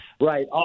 right